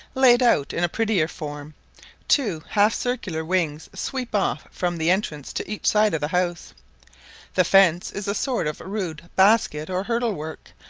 laid out in a prettier form two half circular wings sweep off from the entrance to each side of the house the fence is a sort of rude basket or hurdle-work,